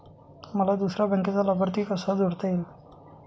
मला दुसऱ्या बँकेचा लाभार्थी कसा जोडता येईल?